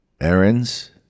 errands